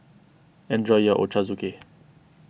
enjoy your Ochazuke